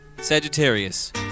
Sagittarius